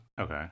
Okay